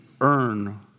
earn